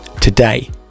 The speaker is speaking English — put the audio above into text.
Today